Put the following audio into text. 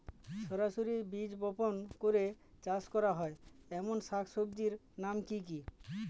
সরাসরি বীজ বপন করে চাষ করা হয় এমন শাকসবজির নাম কি কী?